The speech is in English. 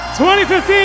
2015